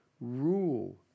rule